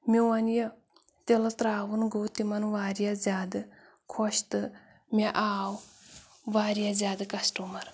میٛون یہِ تِلہٕ ترٛاوُن گوٚو تِمن واریاہ زیادٕ خۄش تہٕ مےٚ آو واریاہ زیادٕ کَسٹٕمَر